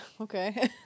Okay